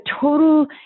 total